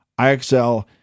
IXL